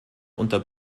unter